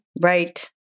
Right